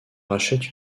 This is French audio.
rachète